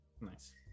Nice